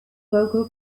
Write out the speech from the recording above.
vocal